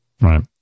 Right